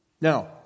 Now